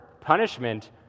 punishment